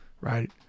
right